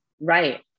Right